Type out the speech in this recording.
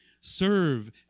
Serve